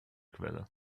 quelle